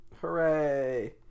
Hooray